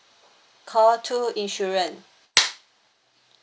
call two insurance